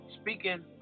speaking